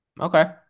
Okay